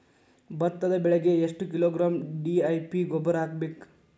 ಭತ್ತದ ಬೆಳಿಗೆ ಎಷ್ಟ ಕಿಲೋಗ್ರಾಂ ಡಿ.ಎ.ಪಿ ಗೊಬ್ಬರ ಹಾಕ್ಬೇಕ?